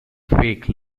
fake